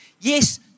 Yes